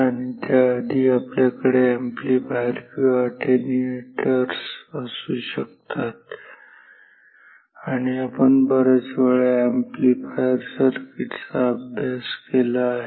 आणि त्याआधी आपल्याकडे अॅम्प्लीफायर किंवा अटेन्युएटर्स असू शकतात आणि आपण बर्याच अॅम्प्लीफायर सर्किटचा अभ्यास केला आहे